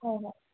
ꯍꯣꯏ ꯍꯣꯏ